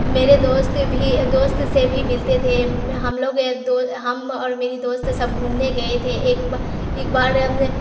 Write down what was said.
میرے دوست بھی دوست سے بھی ملتے تھے ہم لوگ دو ہم اور میری دوست سب گھومنے گئے تھے ایک اک بار ہم نے